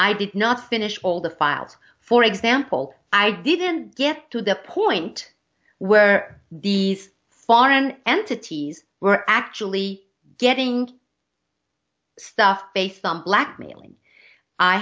i did not finish all the files for example i didn't get to the point where these foreign entities were actually getting stuff based on blackmailing i